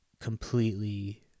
completely